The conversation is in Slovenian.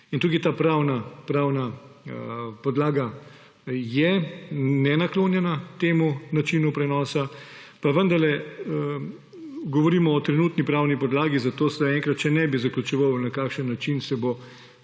Sloveniji. Ta pravna podlaga je nenaklonjena temu načinu prenosa, pa vendarle govorimo o trenutni pravni podlagi, zato zaenkrat še ne bi zaključeval, na kakšen način se bo